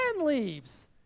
leaves